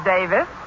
Davis